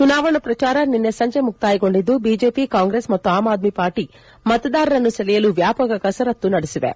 ಚುನಾವಣಾ ಪ್ರಚಾರ ನಿನ್ನೆ ಸಂಜೆ ಮುಕ್ತಾಯಗೊಂಡಿದ್ದು ಬಿಜೆಪಿ ಕಾಂಗ್ರೆಸ್ ಮತ್ತು ಆಮ್ ಆದ್ನಿ ಪಾರ್ಟಿ ಮತದಾರರನ್ನು ಸೆಳೆಯಲು ವ್ಯಾಪಕ ಕಸರತ್ತು ನಡೆಸಿವೆ